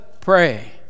pray